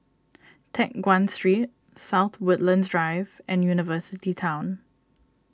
Teck Guan Street South Woodlands Drive and University Town